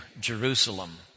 Jerusalem